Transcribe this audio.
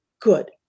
good